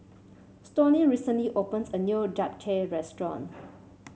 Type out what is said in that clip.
Stoney recently opens a new Japchae Restaurant